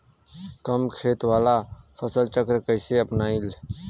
कम खेत वाला फसल चक्र कइसे अपनाइल?